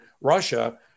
Russia